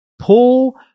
Paul